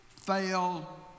fail